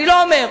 אני לא אומר.